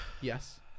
Yes